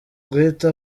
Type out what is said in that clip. guhita